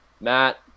Matt